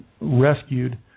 rescued